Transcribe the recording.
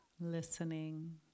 listening